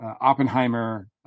oppenheimer